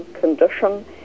condition